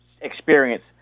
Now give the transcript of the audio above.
experience